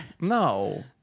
No